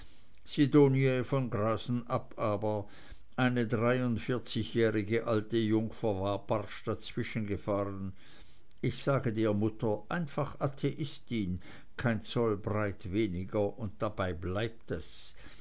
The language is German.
sidonie von grasenabb aber eine dreiundvierzigjährige alte jungfer war barsch dazwischengefahren ich sage dir mutter einfach atheistin kein zollbreit weniger und dabei bleibt es